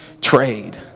trade